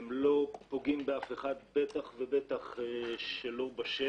הם לא פוגעים באף אחד, בטח לא בשטח,